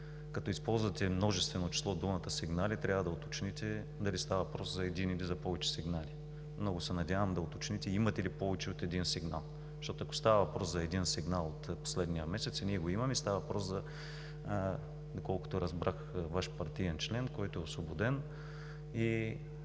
като използвате в множествено число думата „сигнали“. Трябва да уточните дали става въпрос за един или за повече сигнали. Много се надявам да уточните: имате ли повече от един сигнал? Защото, ако става въпрос за един сигнал от последния месец, ние го имаме и става въпрос, доколкото разбрах, за Ваш партиен член, който е освободен